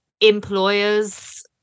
employers